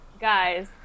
Guys